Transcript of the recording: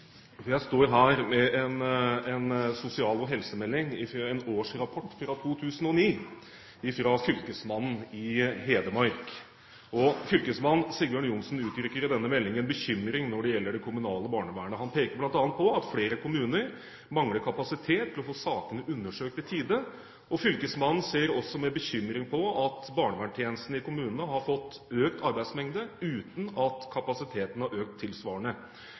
Jeg står her med en sosial- og helsemelding fra en årsrapport fra 2009 fra fylkesmannen i Hedmark. Fylkesmann Sigbjørn Johnsen uttrykker i denne meldingen bekymring når det gjelder det kommunale barnevernet. Han peker bl.a. på at flere kommuner mangler kapasitet til å få sakene undersøkt i tide. Fylkesmannen ser også med bekymring på at barnevernstjenesten i kommunene har fått økt arbeidsmengde, uten at kapasiteten har økt tilsvarende.